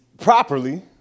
properly